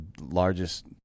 largest